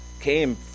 came